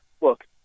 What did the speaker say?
look